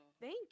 thank